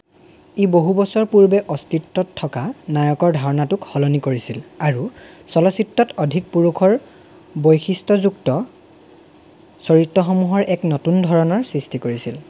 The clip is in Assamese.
ই বহু বছৰ পূৰ্বে অস্তিত্বত থকা নায়কৰ ধাৰণাটোক সলনি কৰিছিল আৰু চলচ্চিত্ৰত অধিক পুৰুষৰ বৈশিষ্ট্যযুক্ত চৰিত্ৰসমূহৰ এক নতুন ধৰণৰ সৃষ্টি কৰিছিল